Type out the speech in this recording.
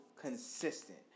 consistent